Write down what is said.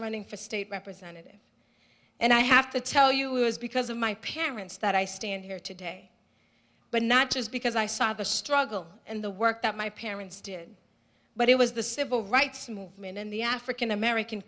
running for state representative and i have to tell you is because of my parents that i stand here today but not just because i saw the struggle and the work that my parents did but it was the civil rights movement in the african american